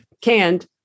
canned